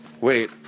Wait